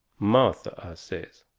martha, i says,